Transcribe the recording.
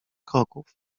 kroków